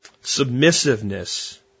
Submissiveness